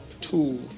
tool